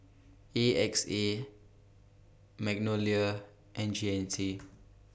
A X A Magnolia and G N C